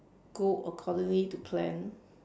go accordingly to plan